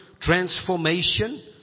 Transformation